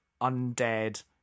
undead